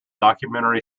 documentary